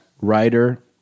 writer